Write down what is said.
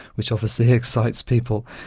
which obviously excites people.